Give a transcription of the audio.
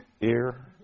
ear